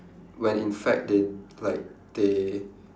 when in fact they like they